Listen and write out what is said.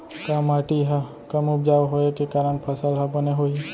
का माटी हा कम उपजाऊ होये के कारण फसल हा बने होही?